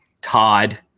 Todd